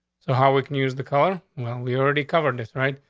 so how we can use the color when we already covered this. right,